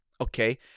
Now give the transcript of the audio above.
okay